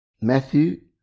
Matthew